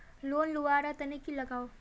Loan लुवा र तने की लगाव?